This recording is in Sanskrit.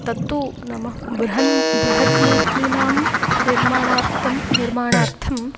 तत्तु नाम बृहन् बृहत्मूर्तीनां निर्माणार्थं निर्माणार्थम्